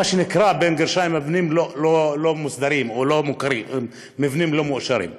מה שנקרא "מבנים לא מוסדרים" או "מבנים לא מאושרים".